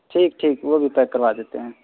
ٹھیک ٹھیک وہ بھی پیک کروا دیتے ہیں